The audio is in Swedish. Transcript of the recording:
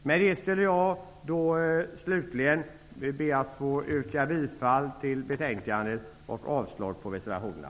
Med detta vill jag slutligen yrka bifall till utskottets hemställan och avslag på reservationerna.